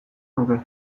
nuke